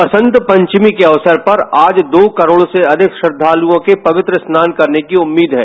वसंत पंचमी के अक्सर पर आज दो करोड़ से अधिक श्रद्वालुओं के पवित्र स्नान करने की उम्मीद है